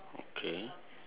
okay